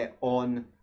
on